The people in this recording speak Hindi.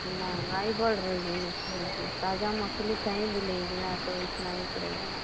महँगाई बढ़ रही है मछलियों की ताज़ा मछली कहीं भी लेंगी न तो इतना ही पड़ेगा